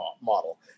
model